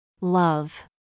Love